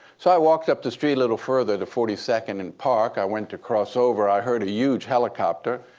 so i walked up the street a little further to forty second and park. i went to crossover. i heard a huge helicopter.